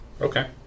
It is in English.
okay